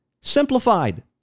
Simplified